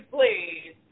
please